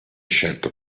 scelto